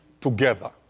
together